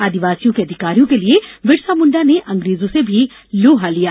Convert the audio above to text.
आदिवासियों के अधिकारों के लिये बिरसामुण्डा ने अंग्रेजों से भी लोहा लिया